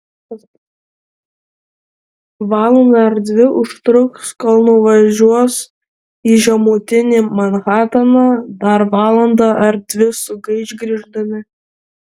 valandą ar dvi užtruks kol nuvažiuos į žemutinį manhataną dar valandą ar dvi sugaiš grįždami